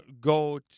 go